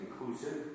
inclusive